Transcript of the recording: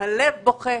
הלב בוכה,